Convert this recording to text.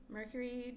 Mercury